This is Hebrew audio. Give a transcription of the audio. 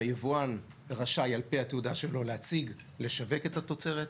היבואן רשאי על פי התעודה שלו לשווק את התוצרת,